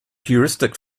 heuristic